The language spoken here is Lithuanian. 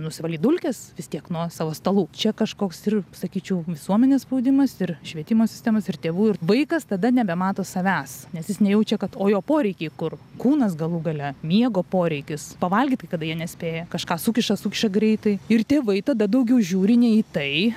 nusivalyt dulkes vis tiek nuo savo stalų čia kažkoks ir sakyčiau visuomenės spaudimas ir švietimo sistemos ir tėvų ir vaikas tada nebemato savęs nes jis nejaučia kad o jo poreikiai kur kūnas galų gale miego poreikis pavalgyt kai kada jie nespėja kažką sukiša sukiša greitai ir tėvai tada daugiau žiūri ne į tai